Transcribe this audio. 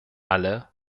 alle